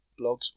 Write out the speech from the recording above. blogs